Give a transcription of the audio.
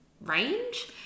range